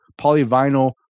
polyvinyl